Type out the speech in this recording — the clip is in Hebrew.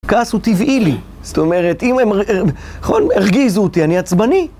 כעס הוא טבעי לי, זאת אומרת, אם הם, נכון, הרגיזו אותי, אני עצבני.